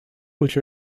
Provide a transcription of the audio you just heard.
which